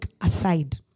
aside